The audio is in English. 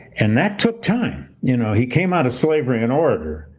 and that took time. you know he came out of slavery an orator.